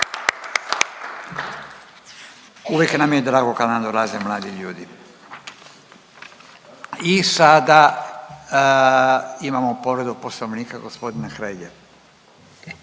Uvijek nam je drago kad nam dolaze mladi ljudi. I sada imamo povredu Poslovnika gospodin Hrelja.